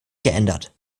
geändert